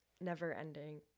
never-ending